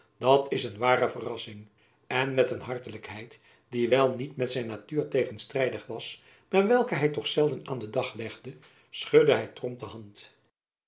dat is een ware verrassing en met een hartelijkheid die wel niet met zijn natuur tegenstrijdig was maar welke hy toch zelden aan den dag legde schudde hy tromp de hand